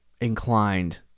inclined